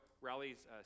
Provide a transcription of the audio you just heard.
rallies